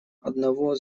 одного